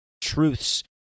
truths